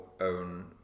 own